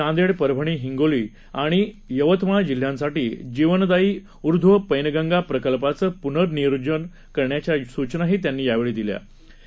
नांदेड परभणी हिंगोली आणि यवतमाळ जिल्ह्यांसाठी जीवनदायी उर्ध्व पैनगंगा प्रकल्पाचं पुनर्नियोजन करण्याच्या सूचनाही यावेळी देण्यात आल्या